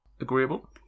agreeable